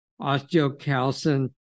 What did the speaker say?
osteocalcin